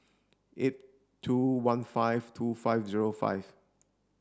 eight two one five two five zero five